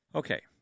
okay